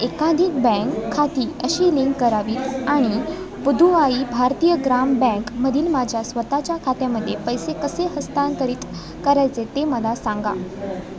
एकाधिक बँक खाती अशी लिंक करावी आणि पुदुवाई भारतीय ग्राम बँकमधील माझ्या स्वतःच्या खात्यामध्ये पैसे कसे हस्तांतरित करायचे ते मला सांगा